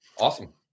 Awesome